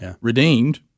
redeemed